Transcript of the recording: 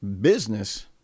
business